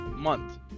month